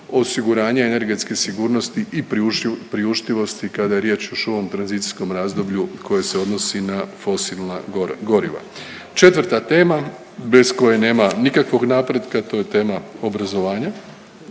osiguranje energetske sigurnosti i priuštivosti kada je riječ još o ovom tranzicijskom razdoblju koje se odnosi na fosilna goriva. Četvrta tema, bez koje nema nikakvog napretka to je tema obrazovanje